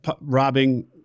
robbing